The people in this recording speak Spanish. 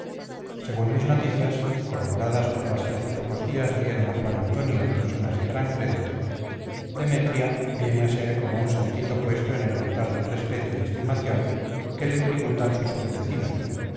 según mis noticias corroboradas por las que hace pocos días dieron a juan antonio personas de gran crédito demetria viene a ser como un santito puesto en el altar del respeto y estimación que le tributan sus convecinos